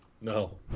No